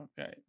Okay